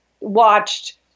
watched